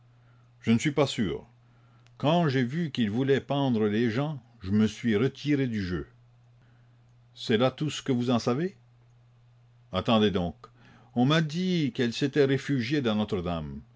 je ne suis pas sûr quand j'ai vu qu'ils voulaient pendre les gens je me suis retiré du jeu c'est là tout ce que vous en savez attendez donc on m'a dit qu'elle s'était réfugiée dans notre-dame